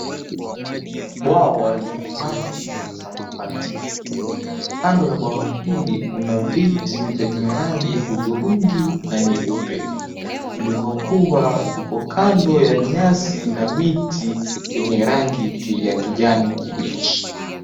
Bwawa lina maji ya samawati. Kando ya bwawa hili kuna viti vyenye rangi ya hudhurungi na nyeupe, vilivyokuwa viko kando ya nyasi na miti yenye rangi ya kijani kibichi.